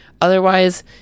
otherwise